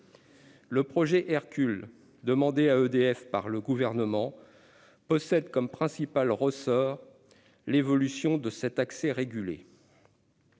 Le projet Hercule, demandé à EDF par le Gouvernement, possède comme principal ressort l'évolution de cet accès régulé.